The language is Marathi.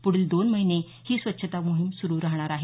पुढील दोन महिने ही स्वच्छता मोहीम सुरू राहणार आहे